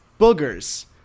boogers